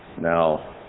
Now